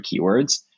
keywords